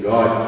God